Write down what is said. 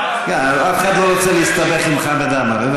אף אחד לא רוצה להסתבך עם חמד עמאר.